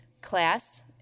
class